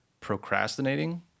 procrastinating